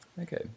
Okay